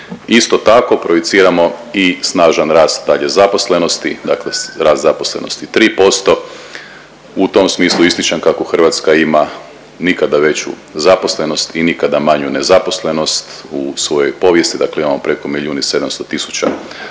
Isto tako projiciramo i snažan rast dalje zaposlenosti, dakle rast zaposlenosti 3%. U tom smislu ističem kako Hrvatska ima nikada veću zaposlenost i nikada manju nezaposlenost u svojoj povijesti, dakle imamo preko milijun i 700 tisuća